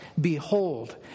behold